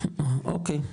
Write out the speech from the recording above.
אז אוקי,